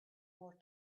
more